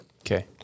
Okay